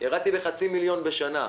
ירדתי בחצי מיליון שקל בשנה.